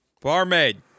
Barmaid